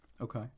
Okay